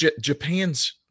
Japan's